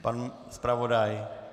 Pan zpravodaj?